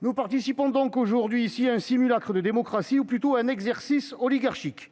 Nous participons donc aujourd'hui à un simulacre de démocratie, ou plutôt à un exercice oligarchique.